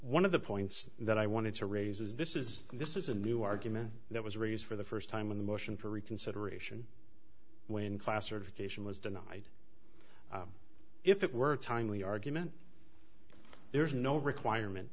one of the points that i wanted to raise is this is this is a new argument that was raised for the first time in the motion for reconsideration when classification was denied if it were timely argument there is no requirement